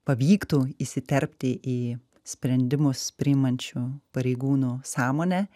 pavyktų įsiterpti į sprendimus priimančių pareigūnų sąmonę